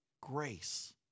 grace